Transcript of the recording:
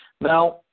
Now